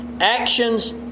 actions